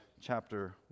chapter